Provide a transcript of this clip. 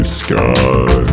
sky